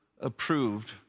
approved